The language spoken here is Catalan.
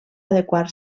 adequar